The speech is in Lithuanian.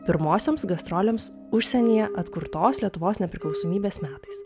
pirmosioms gastrolėms užsienyje atkurtos lietuvos nepriklausomybės metais